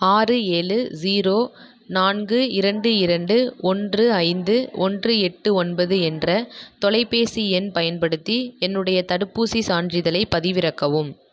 ஆறு ஏழு ஜீரோ நான்கு இரண்டு இரண்டு ஒன்று ஐந்து ஒன்று எட்டு ஒன்பது என்ற தொலைபேசி எண் பயன்படுத்தி என்னுடைய தடுப்பூசிச் சான்றிதழைப் பதிவிறக்கவும்